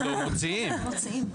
מוציאים.